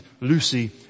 Lucy